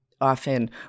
Often